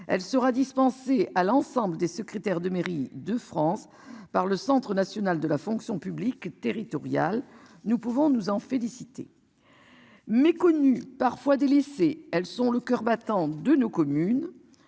elle sera dispensée à l'ensemble des secrétaires de mairie de France par le Centre national de la fonction publique territoriale. Nous pouvons nous en féliciter. Méconnu parfois délaissée elles sont le coeur battant de nos communes.